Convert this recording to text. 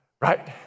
Right